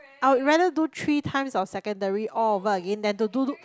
I would rather three times of secondary all over again then to do